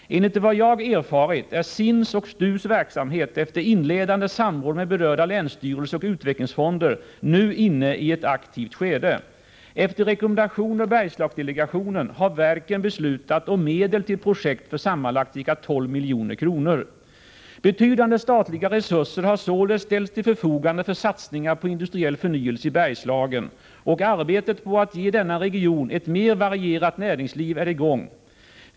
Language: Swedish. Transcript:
Enligt vad jag erfarit är SIND:s och STU:s verksamhet efter inledande samråd med berörda länsstyrelser och utvecklingsfonder nu inne i ett aktivt skede. Efter rekommendation av Bergslagsdelegationen har verken beslutat om medel till projekt för sammanlagt ca 12 milj.kr. Betydande statliga resurser har således ställts till förfogande för satsningar på industriell förnyelse i Bergslagen, och arbetet på att ge denna region ett mer varierat näringsliv är i gång.